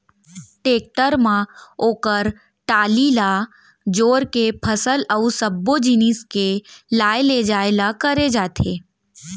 tractor म ओकर trolley ल जोर के फसल अउ सब्बो जिनिस के लाय लेजाय ल करे जाथे